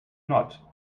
not